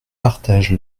partage